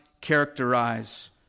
characterize